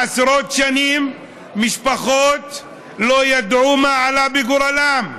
עשרות שנים משפחות לא ידעו מה עלה בגורלם,